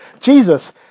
Jesus